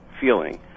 feeling